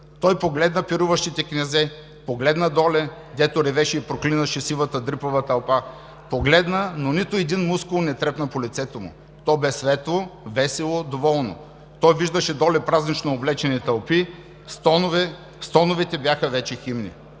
Той погледна пируващите князе, погледна долу, гдето ревеше и проклинаше сивата дрипава тълпа. Погледна, но нито един мускул не трепна по лицето му; то бе светло, весело, доволно. Той виждаше долу празнично облечени тълпи, стоновете бяха вече химни.